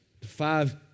five